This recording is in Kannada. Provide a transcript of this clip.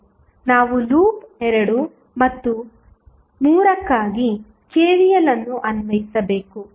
ನಾವು ಲೂಪ್ 2 ಮತ್ತು 3 ಗಾಗಿ KVL ಅನ್ನು ಅನ್ವಯಿಸಬೇಕು